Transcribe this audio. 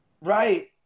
right